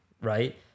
right